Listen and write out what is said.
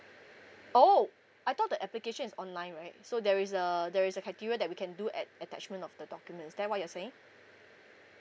oh I thought the application is online right so there is a there is a criteria that we can do at attachment of the documents is that what are you saying